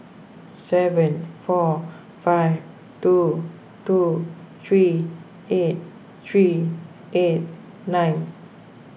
seven four five two two three eight three eight nine